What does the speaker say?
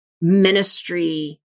ministry